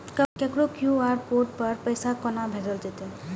ककरो QR code पर पैसा कोना भेजल जेतै?